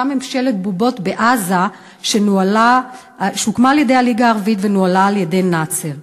אותה ממשלת בובות בעזה שהוקמה על-ידי הליגה הערבית ונוהלה על-ידי נאצר.